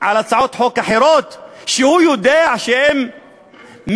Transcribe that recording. על הצעות חוק אחרות שהוא יודע שהן מכרסמות,